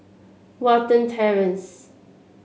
Watten Terrace